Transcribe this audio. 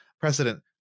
precedent